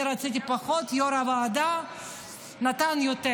אני רציתי פחות, יו"ר הוועדה נתן יותר.